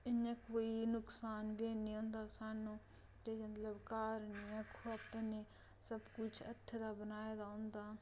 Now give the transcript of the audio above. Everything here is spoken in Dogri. इ'यां कोई नुकसान बी हैनी होंदा सानूं ते मतलब घर इयां आक्खो अपने सब कुछ हत्थें दा बनाए दा होंदा